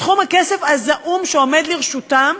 בסכום הכסף הזעום שעומד לרשותם,